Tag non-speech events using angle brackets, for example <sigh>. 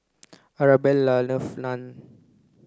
Arabella loves Naan <noise>